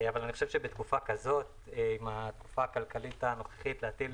אני חושב שבתקופה הכלכלית הנוכחית להטיל,